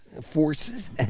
Forces